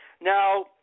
Now